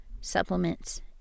supplements